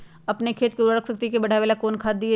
अपन खेत के उर्वरक शक्ति बढावेला कौन खाद दीये?